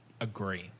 agree